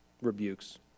...rebukes